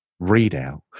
readout